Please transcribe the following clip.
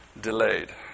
delayed